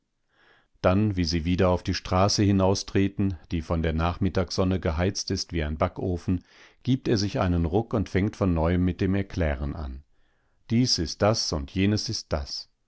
dann wie sie wieder auf die straße hinaustreten die von der nachmittagssonne geheizt ist wie ein backofen gibt er sich einen ruck und fängt von neuem mit dem erklären an dies ist das und jenes ist das